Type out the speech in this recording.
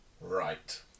Right